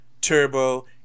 Turbo